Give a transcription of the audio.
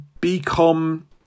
Become